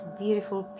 beautiful